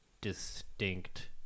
distinct